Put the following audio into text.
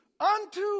unto